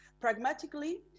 pragmatically